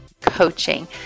coaching